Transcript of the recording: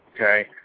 Okay